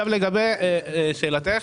לגבי שאלתך,